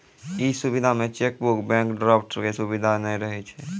इ सुविधा मे चेकबुक, बैंक ड्राफ्ट के सुविधा नै रहै छै